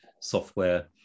software